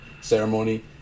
ceremony